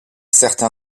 certain